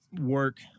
work